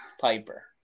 Piper